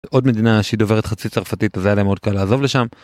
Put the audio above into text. עוד מדינה שדוברת חצי צרפתית זה היה להם מאוד קל לעזוב לשם.